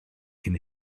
cyn